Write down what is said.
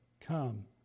come